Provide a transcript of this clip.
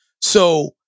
So-